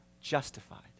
justified